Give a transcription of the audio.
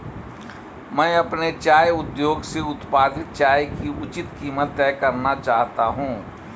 मैं अपने चाय उद्योग से उत्पादित चाय की उचित कीमत तय करना चाहता हूं